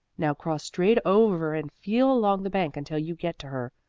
now cross straight over and feel along the bank until you get to her.